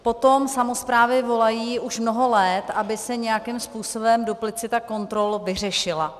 Po tom samosprávy volají už mnoho let, aby se nějakým způsobem duplicita kontrol vyřešila.